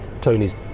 Tony's